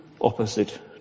opposite